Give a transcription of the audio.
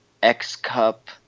x-cup